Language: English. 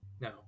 No